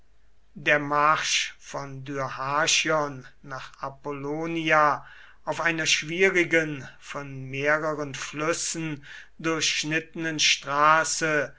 der marsch von dyrrhachion nach apollonia auf einer schwierigen von mehreren flüssen durchschnittenen straße